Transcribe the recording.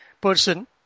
person